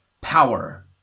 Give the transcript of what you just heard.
power